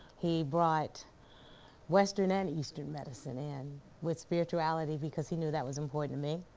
he brought western and eastern medicine in with spirituality because he knew that was important to me